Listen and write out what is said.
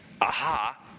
aha